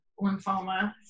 lymphoma